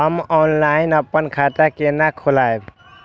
हम ऑनलाइन अपन खाता केना खोलाब?